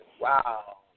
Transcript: Wow